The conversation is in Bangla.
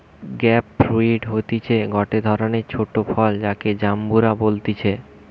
গ্রেপ ফ্রুইট হতিছে গটে ধরণের ছোট ফল যাকে জাম্বুরা বলতিছে